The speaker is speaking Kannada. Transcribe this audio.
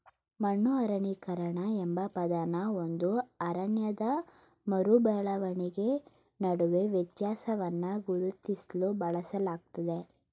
ಮರು ಅರಣ್ಯೀಕರಣ ಎಂಬ ಪದನ ಒಂದು ಅರಣ್ಯದ ಮರು ಬೆಳವಣಿಗೆ ನಡುವೆ ವ್ಯತ್ಯಾಸವನ್ನ ಗುರುತಿಸ್ಲು ಬಳಸಲಾಗ್ತದೆ